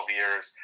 years